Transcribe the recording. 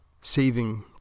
saving